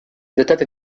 dotata